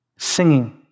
Singing